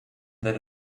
that